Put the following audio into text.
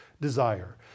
desire